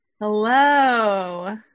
Hello